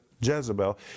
Jezebel